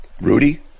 Rudy